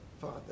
father